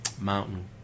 Mountain